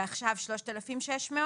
שקלים ועכשיו עומד על 3,600 שקלים.